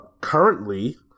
currently